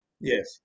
Yes